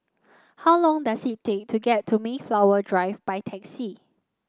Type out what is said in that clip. how long does it take to get to Mayflower Drive by taxi